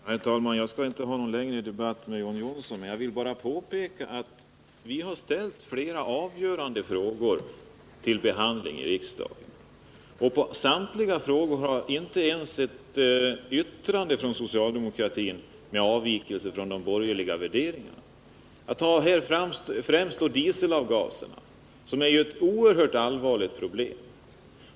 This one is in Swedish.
Herr talman! Jag skall inte föra någon längre debatt med John Johnsson, utan jag vill bara påpeka att vi har fört fram flera avgörande frågor till behandling i riksdagen. Inte beträffande någon av dessa frågor har socialdemokraterna avgivit ens ett yttrande som innehållit avvikelse från de borgerliga värderingarna. Jag tänker främst på frågan om dieselavgaserna. Det rör sig ju här om ett oerhört allvarligt problem.